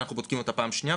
אנחנו בודקים אותה פעם שניה.